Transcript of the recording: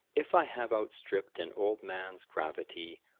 if i have outstript an old man's gravity,